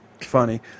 funny